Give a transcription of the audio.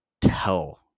tell